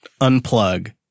unplug